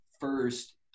first